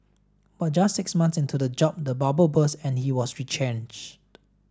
but just six months into the job the bubble burst and he was retrenched